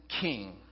King